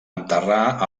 enterrar